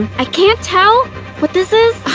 i can't tell what this is.